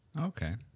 Okay